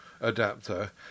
Adapter